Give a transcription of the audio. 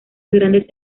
grandes